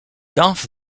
darth